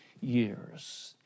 years